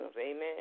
amen